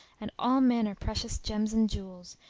and all manner precious gems and jewels,